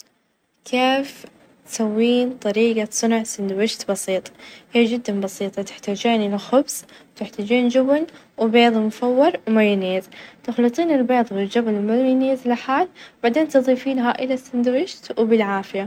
بالطبع بعطيكي خطوات طي الملابس بشكل صحيح أول شي بقول لك طي البنطلونات هي لها ثلاث خطوات، الخطوة الأولى نحط البنطلون على سطح مستوي، الخطوة الثانية أطوي البنطلون من الأسفل إلى الأعلى بحيث يتداخل السيقان، الخطوة الثالثة أطوي مرة اخرى إلى نصفين، أو ثلثين حسب الطول، وبكذا تحصلين على أرتب بنطلون طي.